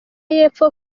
y’epfo